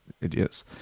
Idiots